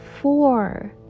four